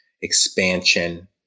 expansion